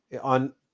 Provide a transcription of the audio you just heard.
On